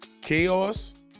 Chaos